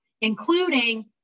including